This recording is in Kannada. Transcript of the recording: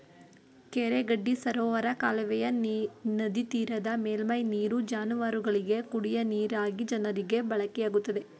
ಕೆರೆ ಗಡ್ಡಿ ಸರೋವರ ಕಾಲುವೆಯ ನದಿತೀರದ ಮೇಲ್ಮೈ ನೀರು ಜಾನುವಾರುಗಳಿಗೆ, ಕುಡಿಯ ನೀರಾಗಿ ಜನರಿಗೆ ಬಳಕೆಯಾಗುತ್ತದೆ